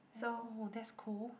oh that's cool